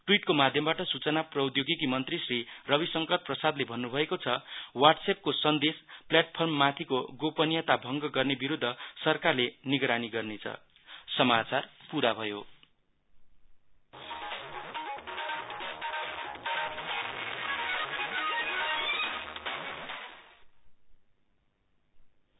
ट्विटको माध्यमबाट सूचना प्रौद्योगिकी मन्त्री श्री वरिशंकर प्रसादले भन्नुभएको छ वाट्स्एप को सन्देश प्लाटफर्ममाथिको गोपनियता भङग गर्ने विरूद्ध सरकारले निगरानी गरिरहेको छ